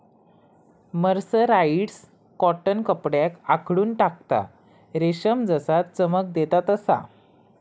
mercerised cotton कपड्याक आखडून टाकता, रेशम जसा चमक देता तसा